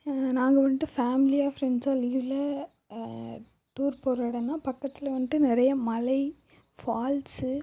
நாங்கள் வந்துட்டு ஃபேமிலியாக ஃப்ரெண்ட்ஸாக லீவ்வில் டூர் போகிற இடோன்னா பக்கத்தில் வந்துட்டு நிறைய மலை ஃபால்ஸு